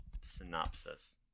synopsis